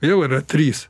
jau yra trys